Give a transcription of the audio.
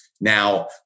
now